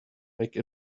take